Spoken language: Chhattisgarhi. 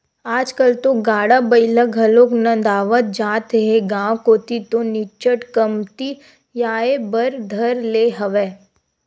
आजकल तो गाड़ा बइला घलोक नंदावत जात हे गांव कोती तो निच्चट कमतियाये बर धर ले हवय